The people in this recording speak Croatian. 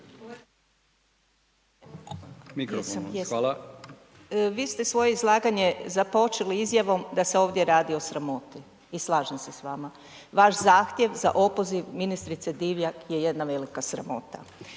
Božica (HNS)** Vi ste svoje izlaganje započeli izjavom da se ovdje radi o sramoti i slažem se s vama. Vaš zahtjev za opoziv ministrice Divjak je jedna velika sramota.